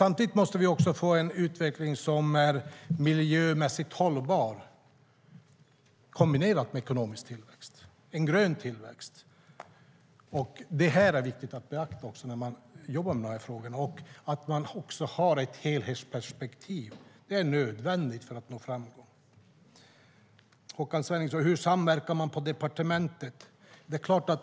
Samtidigt måste vi få en utveckling som är miljömässigt hållbar, kombinerat med ekonomisk tillväxt - en grön tillväxt. Detta är viktigt att beakta när man jobbar med de här frågorna. Ett helhetsperspektiv är nödvändigt för att nå framgång. Håkan Svenneling frågade hur man samverkar på departementet.